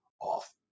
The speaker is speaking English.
off